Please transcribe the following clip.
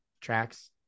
tracks